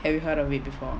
have you heard of it before